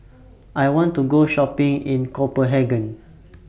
I want to Go Shopping in Copenhagen